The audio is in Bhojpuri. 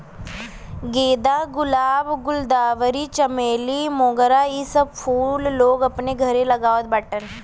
गेंदा, गुलाब, गुलदावरी, चमेली, मोगरा इ सब फूल लोग अपने घरे लगावत बाड़न